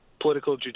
political